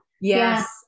yes